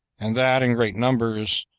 and that in great numbers,